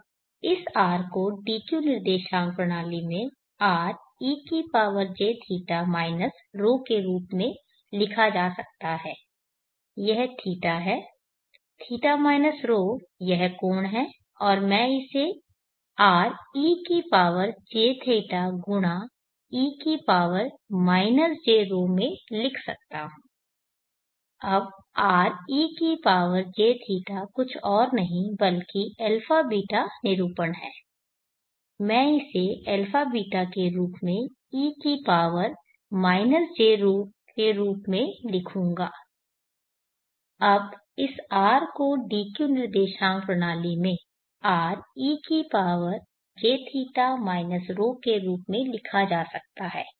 अब इस R को D Q निर्देशांक प्रणाली में r e की पावर jθ माइनस ρ के रूप में लिखा जा सकता है